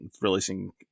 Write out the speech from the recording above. releasing